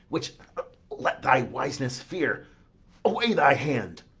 which let thy wiseness fear away thy hand!